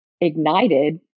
ignited